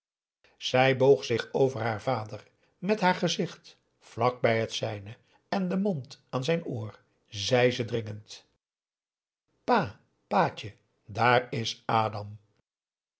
zij boog zich over haar vader met haar gezicht vlak bij het zijne en den mond aan zijn oor zei ze dringend pa paatje daar is adam